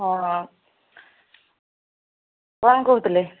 ହଁ କ'ଣ କହୁଥିଲେ